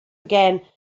again